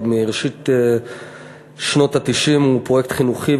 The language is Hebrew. עוד מראשית שנות ה-90 הוא פרויקט חינוכי,